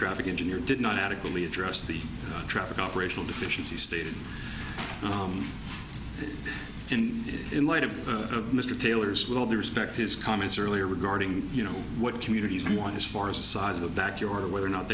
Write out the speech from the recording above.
traffic engineer did not adequately address the traffic operational deficiencies stated in in light of mr taylor's with all due respect his comments earlier regarding you know what communities want as far as the size of the backyard or whether or not